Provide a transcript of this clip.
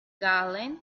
gallen